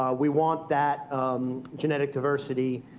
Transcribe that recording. um we want that genetic diversity,